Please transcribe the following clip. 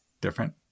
Different